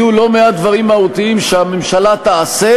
יהיו לא מעט דברים מהותיים שהממשלה תעשה